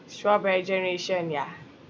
strawberry generation yeah